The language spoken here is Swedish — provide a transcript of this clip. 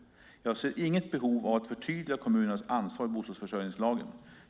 Jag ser inget behov av att förtydliga kommunernas ansvar i bostadsförsörjningslagen.